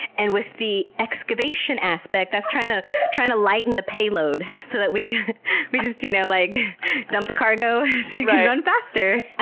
and with the excavation aspect, that's trying to trying to lighten the payload so that we we just you know like dump the cargo so you can run faster. ah